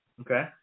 okay